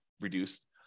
reduced